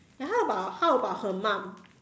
ya how about how about her mum